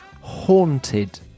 haunted